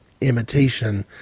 imitation